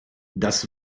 das